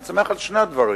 אני שמח על שני הדברים: